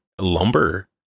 lumber